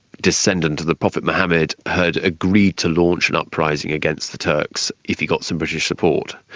descendant of the prophet mohammed, had agreed to launch an uprising against the turks if he got some british support.